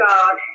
God